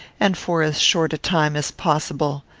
and for as short a time, as possible.